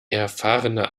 erfahrene